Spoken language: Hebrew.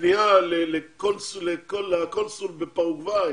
הפנייה לקונסול בפרגוואי